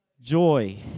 joy